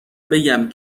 بگم